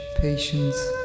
patience